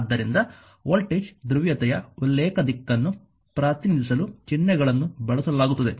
ಆದ್ದರಿಂದ ವೋಲ್ಟೇಜ್ ಧ್ರುವೀಯತೆಯ ಉಲ್ಲೇಖ ದಿಕ್ಕನ್ನು ಪ್ರತಿನಿಧಿಸಲು ಚಿಹ್ನೆಗಳನ್ನು ಬಳಸಲಾಗುತ್ತದೆ